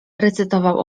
recytował